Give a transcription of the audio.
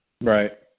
right